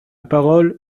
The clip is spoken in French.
parole